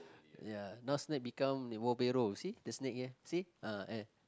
ya now snake become the wheelbarrow see the snake here see ah eh